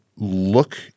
look